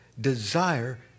desire